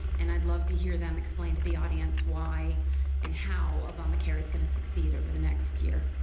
and i'd love to hear them explain to the audience why and how obamacare is going to succeed over the next year.